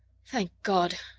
thank god!